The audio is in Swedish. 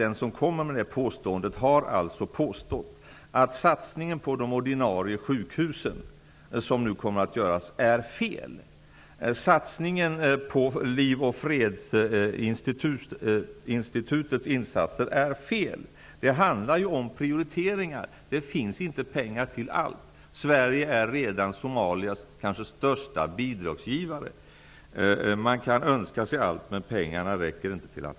Den som gör det påståendet har därmed påstått att den satsning som nu kommer att göras på de ordinarie sjukhusen är felaktig, dvs. att satsningen på Liv och fredsinstitutet skulle vara felaktig. Det handlar här om prioriteringar. Det finns inte pengar till allt. Sverige är redan Somalias kanske största bidragsgivare. Man kan önska sig allt, men pengarna räcker inte till allt.